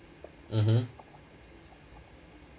mmhmm